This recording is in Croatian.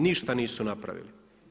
Ništa nisu napravili.